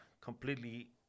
completely